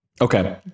Okay